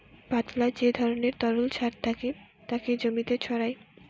পাতলা যে ধরণের তরল সার থাকে তাকে জমিতে ছড়ায়